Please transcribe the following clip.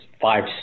five